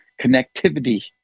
connectivity